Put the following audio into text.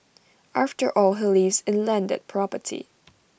after all he lives in landed property